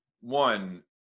one